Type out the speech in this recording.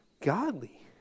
godly